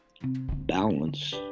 balance